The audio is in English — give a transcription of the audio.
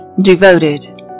devoted